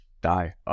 die